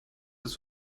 dass